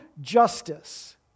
justice